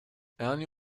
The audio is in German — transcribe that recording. ernie